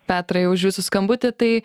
petrai už jūsų skambutį tai